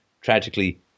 tragically